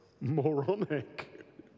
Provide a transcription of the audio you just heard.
moronic